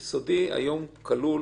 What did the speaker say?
היום הסעיף אומר שאם החשוד נמצא מחוץ לישראל